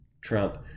Trump